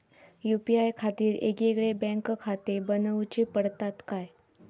UPI खातीर येगयेगळे बँकखाते बनऊची पडतात काय?